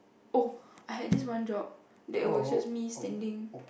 oh I had this one job that was just me standing